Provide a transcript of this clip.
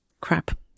crap